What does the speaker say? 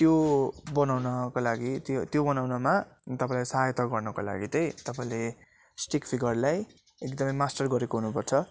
त्यो बनाउनका लागि त्यो त्यो बनाउनमा तपाईँलाई सहायता गर्नुको लागि चाहिँ तपाईँले स्टिक फिगरलाई एकदमै मास्टर गरेको हुनुपर्छ